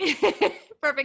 Perfect